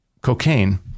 cocaine